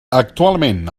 actualment